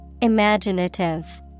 Imaginative